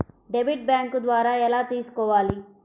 Debit bank ద్వారా ఎలా తీసుకోవాలి?